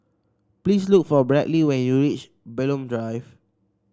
please look for Bradly when you reach Bulim Drive